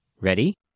Ready